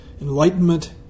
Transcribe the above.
Enlightenment